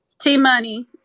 T-Money